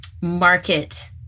market